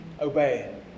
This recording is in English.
obey